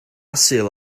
sul